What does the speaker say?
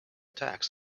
tax